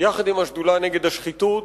יחד עם השדולה נגד השחיתות,